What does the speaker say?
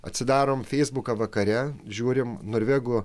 atsidarom feisbuką vakare žiūrim norvegų